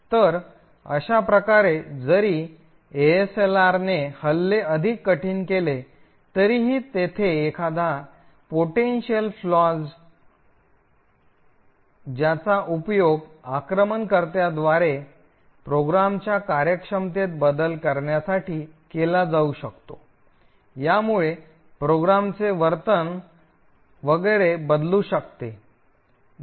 तर अशाप्रकारे जरी एएसएलआरने हल्ले अधिक कठीण केले तरीही तेथे एखादा संभाव्य दोष ज्याचा उपयोग आक्रमणकर्त्याद्वारे प्रोग्रामच्या कार्यक्षमतेत बदल करण्यासाठी केला जाऊ शकतो यामुळे प्रोग्रामचे वर्तन वगैरे बदलू शकते